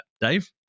Dave